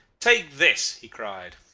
take this he cried.